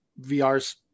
vr's